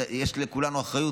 יש לכולנו אחריות,